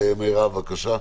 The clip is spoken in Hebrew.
מרב, בבקשה.